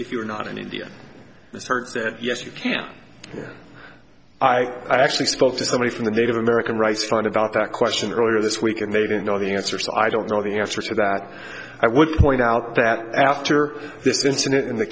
if you are not in india start there yes you can here i actually spoke to somebody from the native american rights fund about that question earlier this week and they didn't know the answer so i don't know the answer to that i would point out that after this incident in the